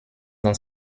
dans